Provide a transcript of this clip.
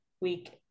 week